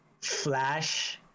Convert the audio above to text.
flash